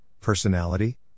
personality